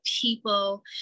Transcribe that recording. people